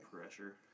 Pressure